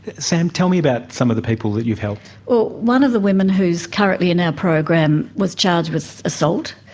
sam, tell me about some of the people that you've helped. well, one of the women who is currently in our program was charged with assault.